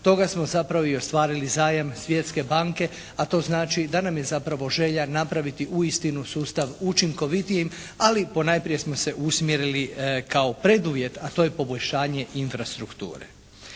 toga smo zapravo i ostvarili zajam Svjetske banke, a to znači da nam je zapravo želja napraviti uistinu sustav učinkovitijim. Ali ponajprije smo se usmjerili kao preduvjet, a to je poboljšanje infrastrukture.